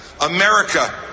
America